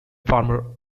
farmer